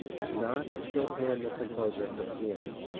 not chopin the composer for piano.